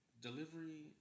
delivery